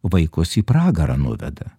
vaikus į pragarą nuveda